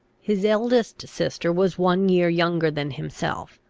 his eldest sister was one year younger than himself.